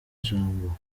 ijambo